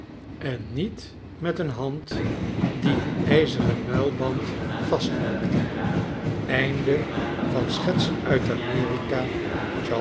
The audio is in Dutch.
en niet met een hand die een ijzeren muilband vastmaakte einde der schetsen uit amerika